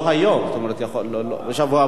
אני עם מה שדני אומר.